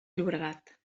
llobregat